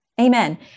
Amen